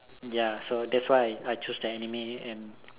ya so that's why I I choose the anime and